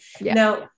Now